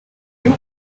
you